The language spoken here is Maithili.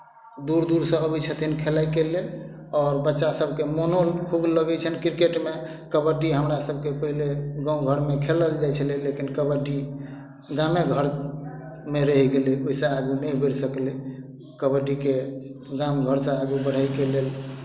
दूर दूरसँ अबै छथिन खेलायके लेल आओर बच्चा सभकेँ मोनो खूब लगै छनि क्रिकेटमे कबड्डी हमरा सभकेँ पहिले गाँव घरमे खेलल जाइ छलै लेकिन कबड्डी गामे घरमे रहि गेलै ओहिसँ आगू नहि बढ़ि सकलै कबड्डीके गाम घरसँ आगू बढ़यके लेल